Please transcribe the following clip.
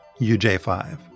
UJ5